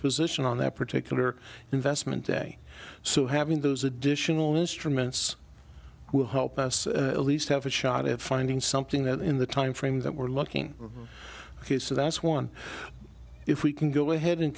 position on that particular investment today so having those additional instruments will help us at least have a shot at finding something that in the timeframe that we're looking ok so that's one if we can go ahead and